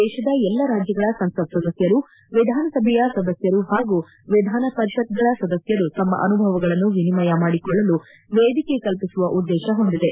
ದೇತದ ಎಲ್ಲ ರಾಜ್ಞಗಳ ಸಂಸತ್ ಸದಸ್ನರು ವಿಧಾನಸಭೆಯ ಸದಸ್ಟರು ಹಾಗೂ ವಿಧಾನಪರಿಷತ್ಗಳ ಸದಸ್ಟರು ತಮ್ಮ ಅನುಭವಗಳನ್ನು ವಿನಿಮಯ ಮಾಡಿಕೊಳ್ಳಲು ವೇದಿಕೆ ಕಲ್ಪಿಸುವ ಉದ್ಗೇಶ ಹೊಂದಿದೆ